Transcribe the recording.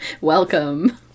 welcome